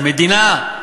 זה מדינה,